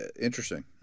interesting